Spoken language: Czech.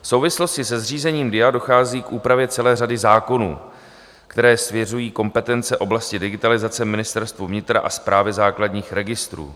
V souvislosti se zřízením DIA dochází k úpravě celé řady zákonů, které svěřují kompetence oblasti digitalizace Ministerstvu vnitra a Správě základních registrů.